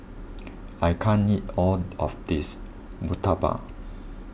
I can't eat all of this Murtabak